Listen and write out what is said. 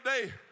today